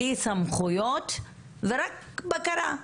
בלי סמכות ורק בקרה,